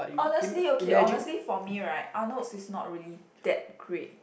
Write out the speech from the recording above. honestly okay honestly for me right Arnold's is not really that great